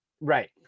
Right